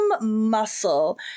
muscle